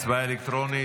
בבקשה, הצבעה אלקטרונית.